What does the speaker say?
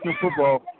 football